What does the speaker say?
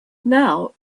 now